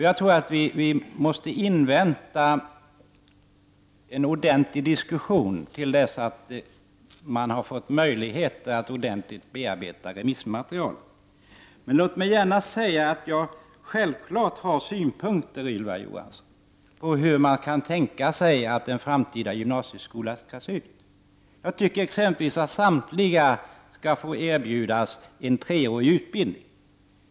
Jag tror att vi måste invänta en ordentlig diskussion till dess att man har fått möjligheter att ordentligt bearbeta remissmaterialet. Låt mig gärna säga att jag självfallet har synpunkter, Ylva Johansson, på hur man kan tänka sig att den framtida gymnasieskolan skall se ut. Jag tycker t.ex. att samtliga skall kunna erbjudas en treårig utbildning.